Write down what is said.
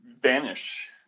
vanish